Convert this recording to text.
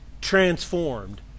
transformed